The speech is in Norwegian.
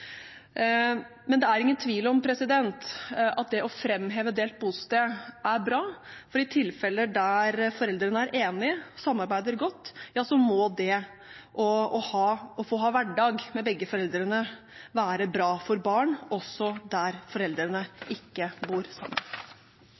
Men det er ingen tvil om at det å fremheve delt bosted er bra. For de tilfellene der foreldrene er enige og samarbeider godt, må det å få ha en hverdag med begge foreldrene være bra for barn, også der foreldrene